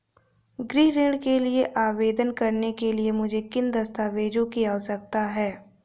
गृह ऋण के लिए आवेदन करने के लिए मुझे किन दस्तावेज़ों की आवश्यकता है?